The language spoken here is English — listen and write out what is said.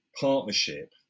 partnership